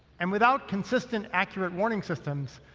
and without consistent accurate warning systems,